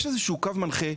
יש איזשהו קו מנחה,